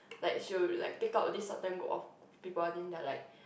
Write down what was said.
like she will like pick out this group of people then they're like